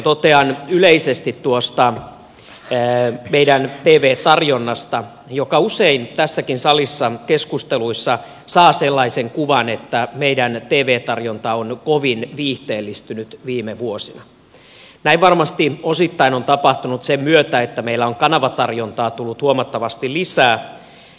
totean yleisesti tuosta meidän tv tarjonnastamme josta usein tässäkin salissa keskusteluissa saa sellaisen kuvan että meidän tv tarjontamme on kovin viihteellistynyt viime vuosina että näin varmasti osittain on tapahtunut sen myötä että meillä on kanavatarjontaa tullut huomattavasti lisää